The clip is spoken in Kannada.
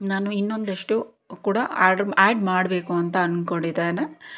ನಾನು ಇನ್ನೊಂದಷ್ಟು ಕೂಡ ಆ್ಯಡ್ ಆ್ಯಡ್ ಮಾಡಬೇಕು ಅಂತ ಅಂದ್ಕೊಂಡಿದ್ದೇನೆ